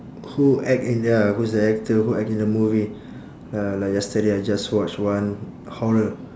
who act in ya who's the actor who act in the movie uh like yesterday I just watch one horror